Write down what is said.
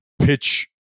pitch